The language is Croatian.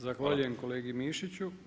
Zahvaljujem kolegi Mišiću.